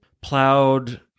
plowed